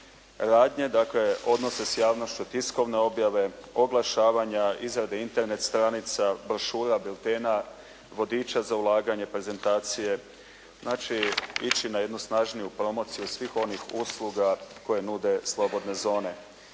radnje, dakle odnose s javnošću, tiskovne objave, oglašavanja, izrade Internet stranica, brošura, biltena, vodiča za ulaganje prezentacije. Znači ići na jednu snažniju promociju svih onih usluga koje nude slobodne zone.